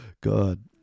God